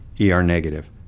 ER-negative